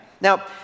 Now